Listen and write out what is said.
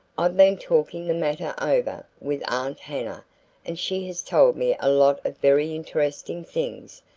i've been talking the matter over with aunt hannah and she has told me a lot of very interesting things.